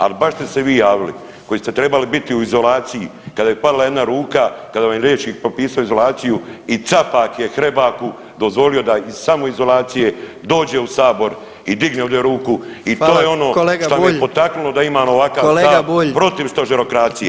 Ali baš ste se vi javili koji ste trebali biti u izolaciji kada je pala jedna ruka, kada vam je liječnik propisao izolaciju i Capak je Hrebaku dozvolio da iz samoizolacije dođe u Sabor i digne ovdje ruku [[Upadica predsjednik: Hvala, kolega Bulj.]] i to je ono što me je potaknulo da imam ovakav stav [[Upadica predsjednik: Kolega Bulj.]] protiv stožerokracije.